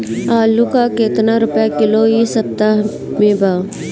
आलू का कितना रुपया किलो इह सपतह में बा?